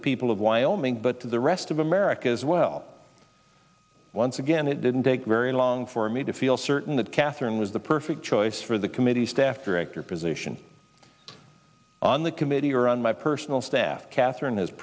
the people of wyoming but to the rest of america as well once again it didn't take very long for me to feel certain that catherine was the perfect choice for the committee staff director position on the committee or on my personal staff catherine has